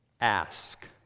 Ask